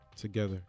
together